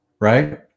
right